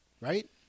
right